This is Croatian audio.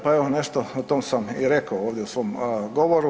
Pa evo nešto o tom sam i rekao ovdje u svom govoru.